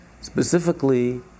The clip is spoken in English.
specifically